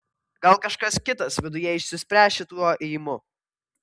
gal kažkas kitas viduje išsispręs šituo ėjimu